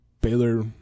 Baylor